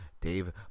Dave